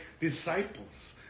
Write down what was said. disciples